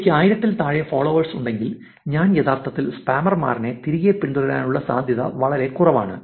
എനിക്ക് 1000 ൽ താഴെ ഫോളോവേഴ്സ് ഉണ്ടെങ്കിൽ ഞാൻ യഥാർത്ഥത്തിൽ സ്പാമറിനെ തിരികെ പിന്തുടരാനുള്ള സാധ്യത വളരെ കുറവാണ്